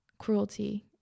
cruelty